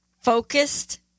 focused